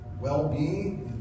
well-being